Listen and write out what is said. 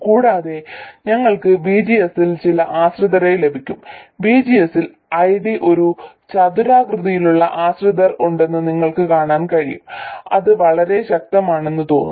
കൂടാതെ ഞങ്ങൾക്ക് VGS ൽ ചില ആശ്രിതരെ ലഭിക്കും VGS ൽ ID ഒരു ചതുരാകൃതിയിലുള്ള ആശ്രിതർ ഉണ്ടെന്ന് നിങ്ങൾക്ക് കാണാൻ കഴിയും അത് വളരെ ശക്തമാണെന്ന് തോന്നുന്നു